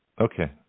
Okay